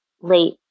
late